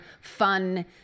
fun